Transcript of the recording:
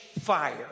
fire